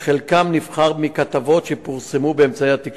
שחלקם נבחר מכתבות שפורסמו באמצעי התקשורת.